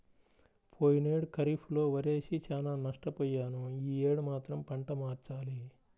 పోయినేడు ఖరీఫ్ లో వరేసి చానా నష్టపొయ్యాను యీ యేడు మాత్రం పంట మార్చాలి